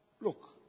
look